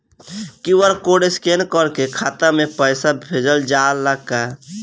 QR code scan करके खाता में पैसा भेजल जाला का?